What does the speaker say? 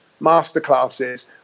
masterclasses